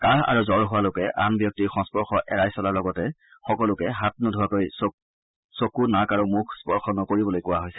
কাহ আৰু জৰ হোৱা লোকে আন ব্যক্তিৰ সংস্পৰ্শ এৰাই চলাৰ লগতে সকলোকে হাত নোধোৱাকৈ চকু নাক আৰু মুখ স্পৰ্শ নকৰিবলৈ কোৱা হৈছে